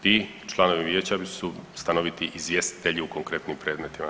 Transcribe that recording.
Ti članovi vijeća su stanoviti izvjestitelji u konkretnim predmetima.